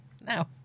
now